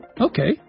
okay